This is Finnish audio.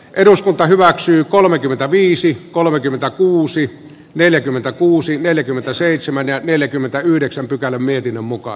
eduskunta hyväksyy kolmekymmentäviisi kolmekymmentäkuusi neljäkymmentäkuusi neljäkymmentäseitsemän ja neljäkymmentäyhdeksän pykälä poistetaan